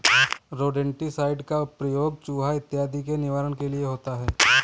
rodenticide का प्रयोग चुहा इत्यादि के निवारण के लिए होता है